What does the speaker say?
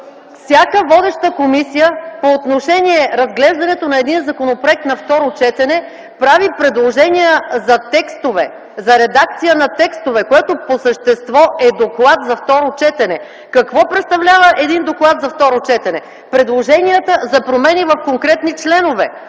Всяко водеща комисия по отношение разглеждането на един законопроект на второ четене прави предложения за текстове, за редакция на текстове, което по същество е доклад за второ четене. Какво представлява един доклад за второ четене? Предложения за промени в конкретни членове.